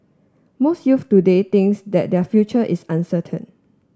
most youths today thinks that their future is uncertain